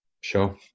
Sure